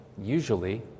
usually